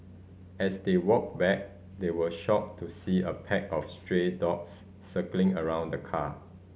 as they walked back they were shocked to see a pack of stray dogs circling around the car